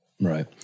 Right